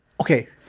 okay